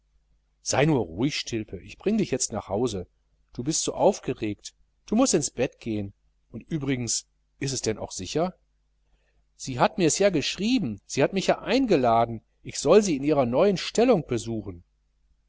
sei nur ruhig stilpe ich bring dich jetzt nach hause du bist so aufgeregt du mußt ins bett gehen und übrigens ist es denn auch sicher sie hat mirs ja geschrieben sie hat mich ja eingeladen ich soll sie in ihrer neuen stellung besuchen